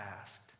asked